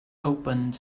opened